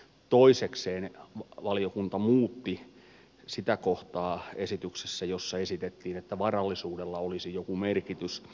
toisekseen valiokunta muutti sitä kohtaa esityksessä jossa esitettiin että varallisuudella olisi joku merkitys